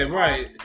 right